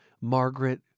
Margaret